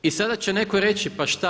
I sada će netko reći pa šta?